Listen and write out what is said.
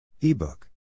Ebook